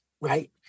right